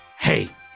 Hey